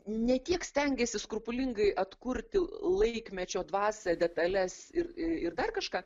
ne tiek stengiasi skrupulingai atkurti laikmečio dvasią detales ir ir dar kažką